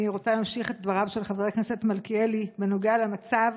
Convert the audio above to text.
אני רוצה להמשיך את דבריו של חבר הכנסת מלכיאלי בנוגע למצב